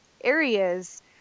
areas